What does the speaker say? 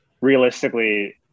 realistically